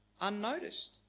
unnoticed